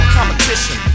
Competition